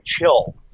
chill